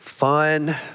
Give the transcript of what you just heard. fun